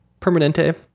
Permanente